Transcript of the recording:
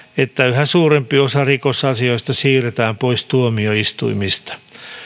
että yhä suurempi osa rikosasioista siirretään pois tuomioistuimista